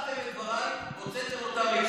ערכתם את דבריי והוצאתם אותם מהקשרם.